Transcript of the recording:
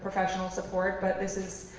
professional support. but this is,